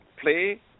play